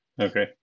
Okay